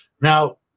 Now